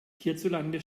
hierzulande